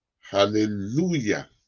Hallelujah